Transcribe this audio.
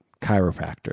chiropractor